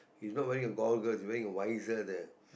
he's not wearing a goggle wearing a visor there